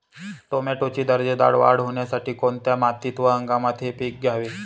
टोमॅटोची दर्जेदार वाढ होण्यासाठी कोणत्या मातीत व हंगामात हे पीक घ्यावे?